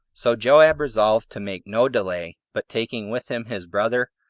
so joab resolved to make no delay, but taking with him his brother,